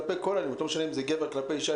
כלפי כל אלימות לא משנה אם זה גבר כלפי אישה,